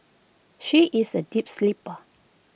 she is A deep sleeper